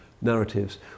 narratives